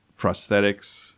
prosthetics